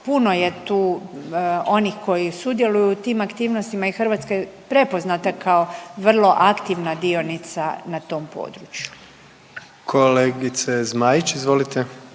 Puno je tu onih koji sudjeluju u tim aktivnostima i Hrvatska je prepoznata kao vrlo aktivna dionica na tom području. **Jandroković, Gordan